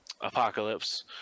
apocalypse